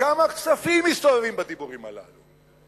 כמה כספים מסתובבים בדיבורים הללו.